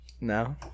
No